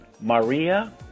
Maria